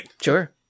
sure